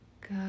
Good